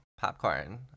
popcorn